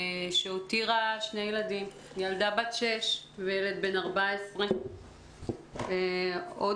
שהותירה שני ילדים ילדה בת 6 וילד בן 14. עוד